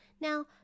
Now